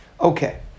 Okay